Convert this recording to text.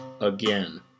again